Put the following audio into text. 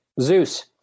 Zeus